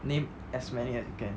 name as many as you can